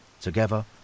Together